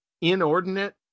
inordinate